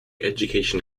education